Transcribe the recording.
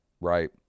Right